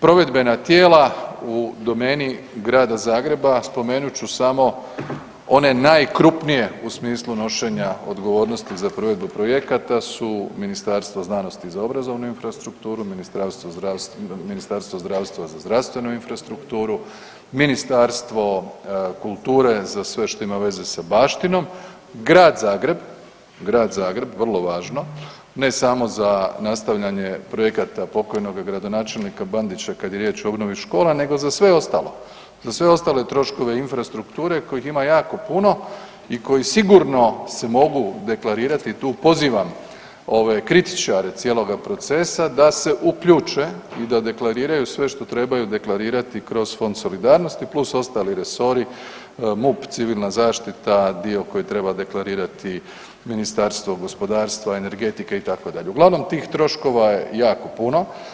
Provedbena tijela u domeni Grada Zagreba spomenut ću samo one najkrupnije u smislu nošenja odgovornosti za provedbu projekata su Ministarstvo znanosti za obrazovnu infrastrukturu, Ministarstvo zdravstva za zdravstvenu infrastrukturu, Ministarstvo kulture za sve što ima veze sa baštinom, Grad Zagreb, Grad Zagreb vrlo važno ne samo za nastavljanje projekata pokojnog gradonačelnika Bandića kad je riječ o obnovi škola nego za sve ostalo, za sve ostale troškove infrastrukture kojih ima jako puno i koji sigurno se mogu deklarirati i tu pozivam ove kritičare cijeloga procesa da se uključe i da deklariraju sve što trebaju deklarirati kroz Fond solidarnosti plus ostali resori MUP, civilna zaštita, dio koji treba deklerirati Ministarstvo gospodarstva, energetike itd., uglavnom tih troškova je jako puno.